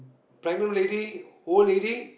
pregnant lady old lady